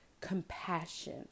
compassion